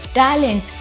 talent